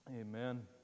Amen